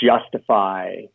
justify